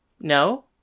No